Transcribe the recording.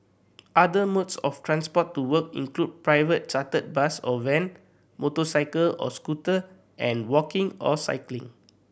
other modes of transport to work include private chartered bus or van motorcycle or scooter and walking or cycling